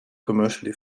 commercially